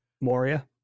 Moria